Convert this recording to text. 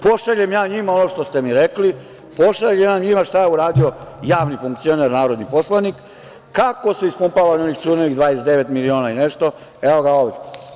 Pošaljem ja njima, ono što ste mi rekli, pošaljem ja njima šta je uradio javni funkcioner, narodni poslanik, kako su ispumpavani onih 29 miliona i nešto, evo ga ovde.